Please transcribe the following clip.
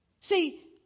See